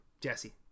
Jesse